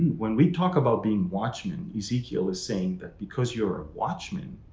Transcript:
when we talk about being watchman. ezekiel is saying that because you're a watchman,